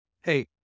Hey